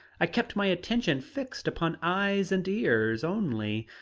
i kept my attention fixed upon eyes and ears, only,